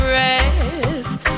rest